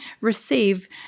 receive